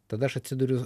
tada aš atsiduriu